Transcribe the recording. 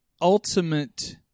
ultimate